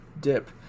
dip